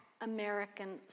American